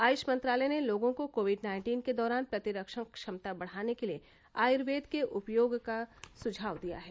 आय्ष मंत्रालय ने लोगों को कोविड नाइन्टीन के दौरान प्रतिरक्षण क्षमता बढाने के लिए आय्वेद के उपयोग का सुझाव दिया है